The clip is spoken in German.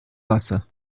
wasser